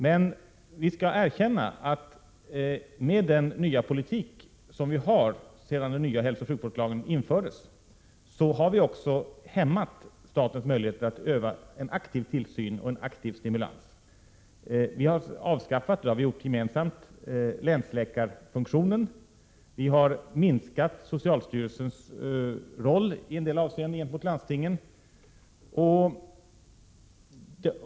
Men vi skall erkänna att med den nya politik som råder sedan den nya hälsooch sjukvårdslagen infördes har vi också hämmat statens möjligheter att utöva en aktiv tillsyn och en aktiv stimulans. Vi har — det har vi gjort gemensamt — avskaffat länsläkarfunktionen och minskat socialstyrelsens roll gentemot landstingen i en del avseenden.